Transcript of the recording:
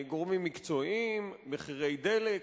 גורמים מקצועיים, מחירי דלק.